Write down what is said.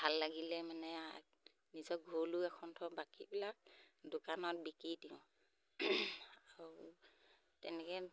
ভাল লাগিলে মানে নিজৰ ঘৰলেও এখন থওঁ বাকীবিলাক দোকানত বিকি দিওঁ আৰু তেনেকৈ